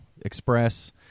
Express